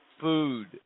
food